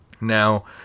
Now